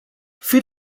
für